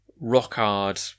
rock-hard